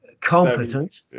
competent